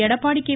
Edappadi K